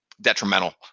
detrimental